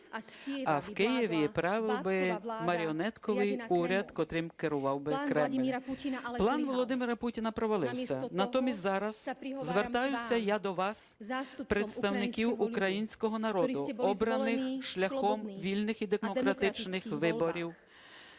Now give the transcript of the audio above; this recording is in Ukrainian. а в Києві правив би маріонетковий уряд, котрим керував би Кремль. План Володимира Путіна провалився. Натомість зараз звертаюся я до вас, представників українського народу, обраних шляхом вільних і демократичних виборів,